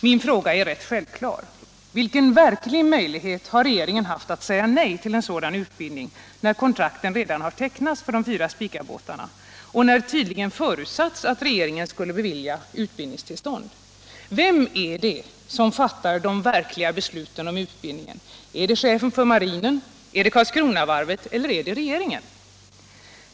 Min fråga är rätt självklar: Vilken verklig möjlighet har regeringen haft att säga nej till sådan utbildning, när kontrakten redan har tecknats för de fyra Spicabåtarna, och när tydligen förutsatts att regeringen skulle bevilja utbildningstillstånd? Vem är det som fattar de verkliga besluten om utbildningen — är det chefen för marinen, Karlskronavarvet eller regeringen?